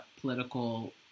political